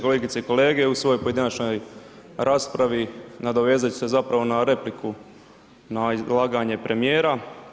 Kolegice i kolege u svojoj pojedinačnoj raspravi nadovezat ću se zapravo na repliku na izlaganje premijera.